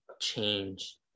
change